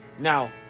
Now